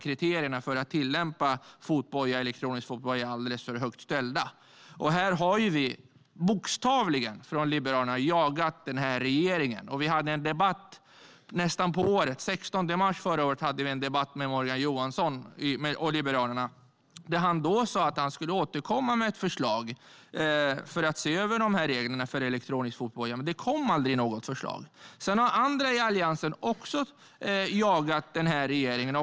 Kriterierna för att tillämpa elektronisk fotboja är alldeles för högt ställda. Här har vi från Liberalerna bokstavligen jagat regeringen. Den 16 mars förra året hade Liberalerna en debatt med Morgan Johansson. Han sa då att han skulle återkomma med ett förslag om att se över reglerna för elektronisk fotboja. Men det kom aldrig något förslag. Sedan har andra i Alliansen också jagat regeringen.